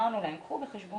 אמרנו להם שייקחו בחשבון